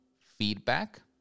feedback